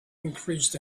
increased